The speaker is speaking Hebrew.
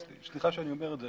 סליחה שאני אומר את זה,